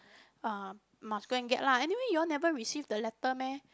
uh must go and get lah anyway you all never receive the letter meh